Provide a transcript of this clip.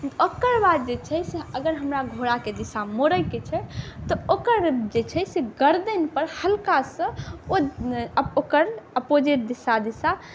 ओकर बाद जे छै से अगर हमरा घोड़ाके दिशा मोड़ैके छै तऽ ओकर जे छै से गरदनिपर हल्कासँ ओ ओकर अपोजिट दिशा दिशा